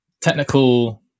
technical